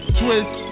twist